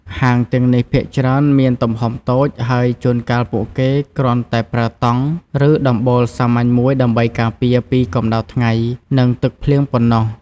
ហាងទាំងនេះភាគច្រើនមានទំហំតូច ហើយជួនកាលពួកគេគ្រាន់តែប្រើតង់ ឬដំបូលសាមញ្ញមួយដើម្បីការពារពីកម្ដៅថ្ងៃនិងទឹកភ្លៀងប៉ុណ្ណោះ។